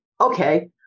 okay